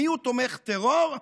מיהו תומך טרור,